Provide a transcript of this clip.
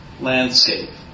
landscape